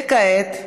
כעת,